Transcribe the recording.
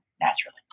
naturally